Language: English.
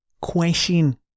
Question